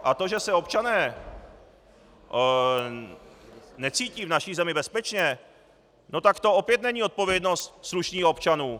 A to, že se občané necítí v naší zemi bezpečně, tak to opět není odpovědnost slušných občanů.